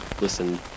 listen